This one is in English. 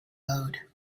load